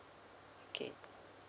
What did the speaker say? okay